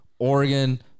Oregon